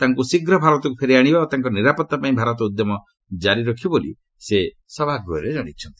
ତାଙ୍କୁ ଶୀଘ୍ର ଭାରତକୁ ଫେରାଇ ଆଣିବା ଓ ତାଙ୍କର ନିରାପତ୍ତା ପାଇଁ ଭାରତ ଉଦ୍ୟମ କାରି ରଖିବ ବୋଲି ସେ ସଭାଗୃହରେ ଜଣାଇଛନ୍ତି